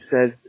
says